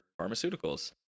pharmaceuticals